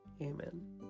Amen